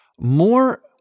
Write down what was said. more